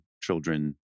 children